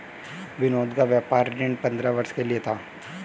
विनोद का व्यापार ऋण पंद्रह वर्ष के लिए था